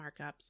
markups